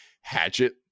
hatchet